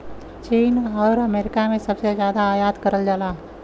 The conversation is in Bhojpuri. चीन आउर अमेरिका से सबसे जादा आयात करल जाला